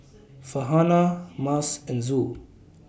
Farhanah Mas and Zul